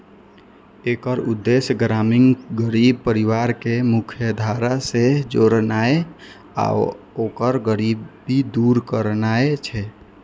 एकर उद्देश्य ग्रामीण गरीब परिवार कें मुख्यधारा सं जोड़नाय आ ओकर गरीबी दूर करनाय छै